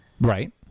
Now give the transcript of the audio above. Right